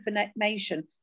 information